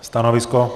Stanovisko?